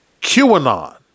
QAnon